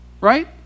right